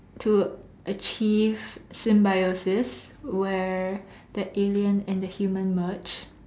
to achieve symbiosis where that alien and the human merged